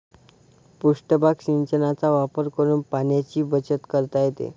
पृष्ठभाग सिंचनाचा वापर करून पाण्याची बचत करता येते